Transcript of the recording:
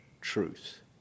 truth